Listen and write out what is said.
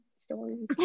stories